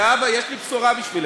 זהבה, יש לי בשורה בשבילך: